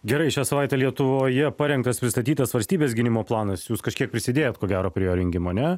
gerai šią savaitę lietuvoje parengtas pristatytas valstybės gynimo planas jūs kažkiek prisidėjot ko gero prie jo rengimo ne